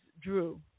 Drew